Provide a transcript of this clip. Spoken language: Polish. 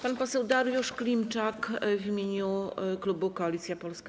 Pan poseł Dariusz Klimczak w imieniu klubu Koalicja Polska.